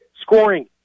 Scoring